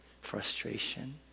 Frustration